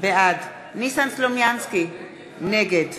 בעד ניסן סלומינסקי, נגד